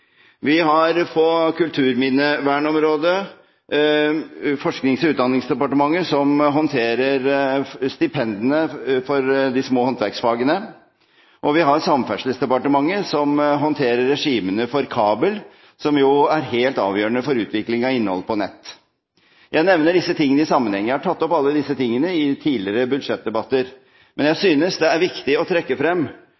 Vi har på kulturminnevernområdet Forsknings- og utdanningsdepartementet, som håndterer stipendene for de små håndverksfagene. Og vi har Samferdselsdepartementet, som håndterer regimene for kabel, som jo er helt avgjørende for utviklingen av innhold på nett. Jeg nevner disse tingene i sammenheng – jeg har tatt opp alle disse tingene i tidligere budsjettdebatter. Men jeg